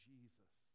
Jesus